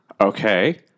Okay